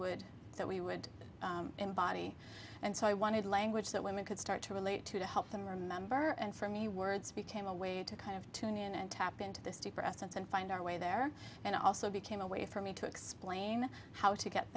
would that we would body and so i wanted language that women could start to relate to to help them remember and for me words became a way to kind of tune in and tap into this deeper essence and find our way there and it also became a way for me to explain how to get